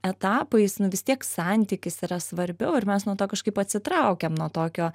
etapais nu vis tiek santykis yra svarbiau ir mes nuo to kažkaip atsitraukiam nuo tokio